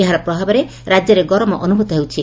ଏହାର ପ୍ରଭାବରେ ରାକ୍ୟରେ ଗରମ ଅନୁଭୂତ ହେଉଛି